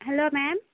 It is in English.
hello ma'am